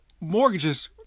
mortgages